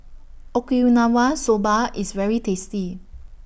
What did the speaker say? Okinawa Soba IS very tasty